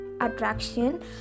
attraction